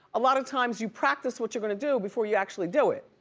a lot of times you practice what you're gonna do before you actually do it,